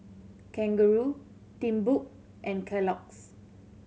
Kangaroo Timbuk and Kellogg's